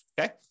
okay